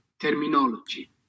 terminology